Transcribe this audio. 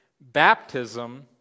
baptism